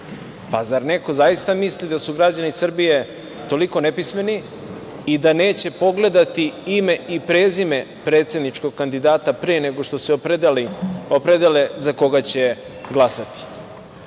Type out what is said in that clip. Zar neko zaista misli da su građani Srbije toliko nepismeni i da neće pogledati ime i prezime predsedničkog kandidata pre nego što se opredele za koga će glasati? Ne